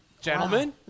Gentlemen